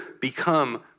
become